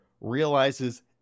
realizes